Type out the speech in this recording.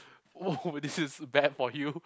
oh this is bad for you